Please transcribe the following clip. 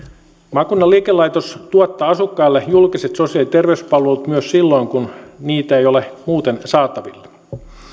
maakunnan liikelaitos tuottaa asukkaille julkiset sosiaali ja terveyspalvelut myös silloin kun niitä ei ole muuten saatavilla